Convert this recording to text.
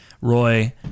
roy